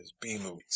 B-movies